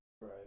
Right